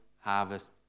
harvest